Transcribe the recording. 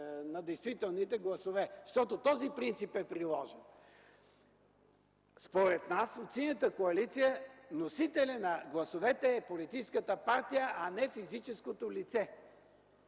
на действителните гласове, защото този принцип е приложен. Според нас от Синята коалиция носител на гласовете е политическата партия, а не физическото лице.